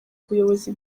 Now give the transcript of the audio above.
ubuyobozi